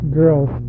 girls